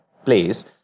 place